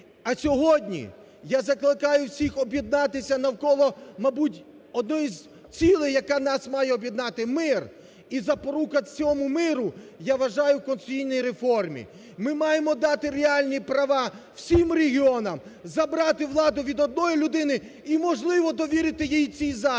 А сьогодні я закликаю всіх об'єднатися навколо, мабуть, одної з цілей, яка нас має об'єднати, мир. І запорука цьому миру, я вважаю, в конституційній реформі. Ми маємо дати реальні права всім регіонам забрати владу від одної людини і, можливо, довірити їй в цій залі.